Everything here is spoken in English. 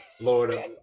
Lord